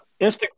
Instagram